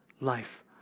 life